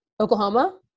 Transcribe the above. oklahoma